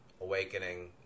awakening